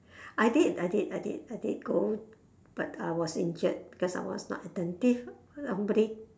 I did I did I did I did go but I was injured because I was not attentive somebody